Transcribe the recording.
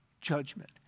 judgment